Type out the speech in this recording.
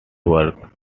work